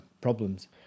problems